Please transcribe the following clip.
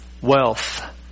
wealth